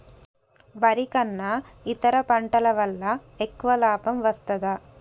వరి కన్నా ఇతర పంటల వల్ల ఎక్కువ లాభం వస్తదా?